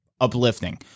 uplifting